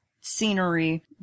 scenery